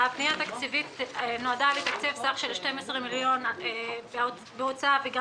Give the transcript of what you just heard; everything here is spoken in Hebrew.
הפנייה התקציבית נועדה לתקצב סך של 12 מיליון בהוצאה וגם